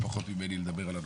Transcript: לא פחות ממני,